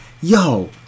yo